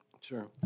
Sure